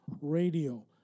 Radio